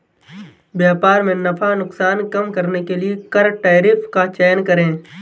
व्यापार में नफा नुकसान कम करने के लिए कर टैरिफ का चयन करे